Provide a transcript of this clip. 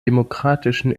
demokratischen